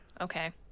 okay